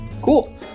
cool